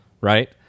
right